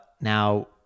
Now